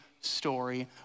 story